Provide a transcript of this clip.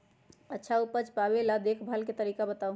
अच्छा उपज पावेला देखभाल के तरीका बताऊ?